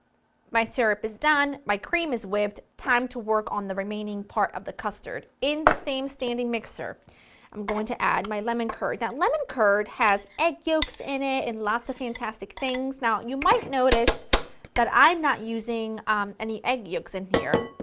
my syrup is done, my cream is whipped. time to work on the remaining part of the custard, in the same standing mixer i'm going to add my lemon curd. now, lemon curd has egg yolks in it and lots of fantastic things, now you might notice that i'm not using um and any egg yolks in here,